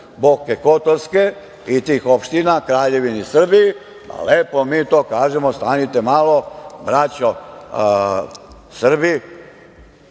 Boke Kotorske i tih opština Kraljevini Srbiji, lepo mi da kažemo – stanite malo, braćo Srbi,